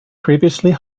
previously